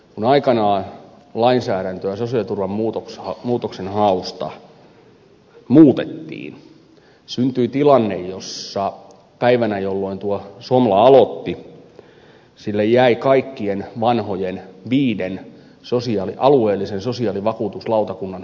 kun aikanaan lainsäädäntöä sosiaaliturvan muutoksenhausta muutettiin syntyi tilanne päivänä jolloin tuo somla aloitti että sille jäivät kaikkien vanhojen viiden alueellisen sosiaalivakuutuslautakunnan valitukset